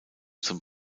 zum